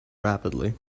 rapidly